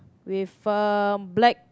with a black